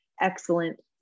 excellent